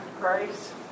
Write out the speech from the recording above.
Grace